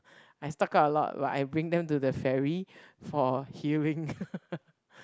I stock up a lot but I bring them to the ferry for healing